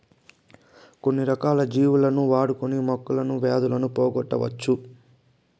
కొన్ని రకాల జీవులను వాడుకొని మొక్కలు వ్యాధులను పోగొట్టవచ్చు